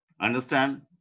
Understand